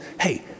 hey